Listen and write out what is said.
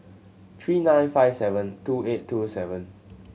three nine five seven two eight two seven